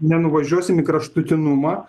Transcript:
nenuvažiuosim į kraštutinumą